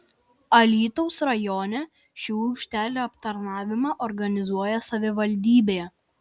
alytaus rajone šių aikštelių aptarnavimą organizuoja savivaldybė